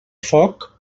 foc